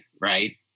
right